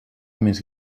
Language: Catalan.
més